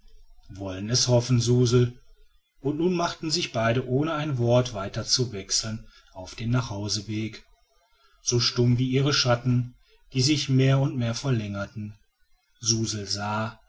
wollen es hoffen suzel und nun machten sich beide ohne ein wort weiter zu wechseln auf den nachhauseweg so stumm wie ihre schatten die sich mehr und mehr verlängerten suzel